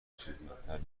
سودمندتر